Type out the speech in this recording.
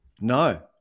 No